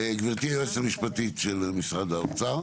גברתי היועצת המשפטית במשרד האוצר,